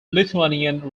lithuanian